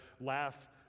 laugh